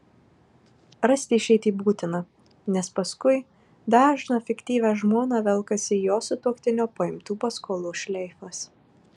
rasti išeitį būtina nes paskui dažną fiktyvią žmoną velkasi jos sutuoktinio paimtų paskolų šleifas